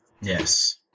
Yes